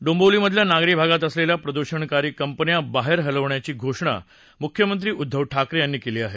डोंबिवलीमधल्या नागरी भागात असलेल्या प्रदृषणकारी कंपन्या नगराबाहेर हलवण्याची घोषणा मुख्यमंत्री उद्दव ठाकरे यांनी केली आहे